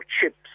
chips